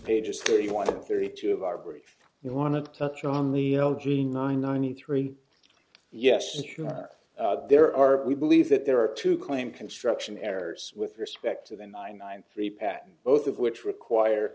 pages thirty one thirty two of our brief you want to touch on the g nine ninety three yes sure there are we believe that there are two claim construction errors with respect to the nine nine three patent both of which require